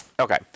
Okay